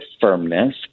firmness